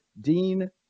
Dean